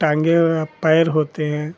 टाँगे या पैर होते हैं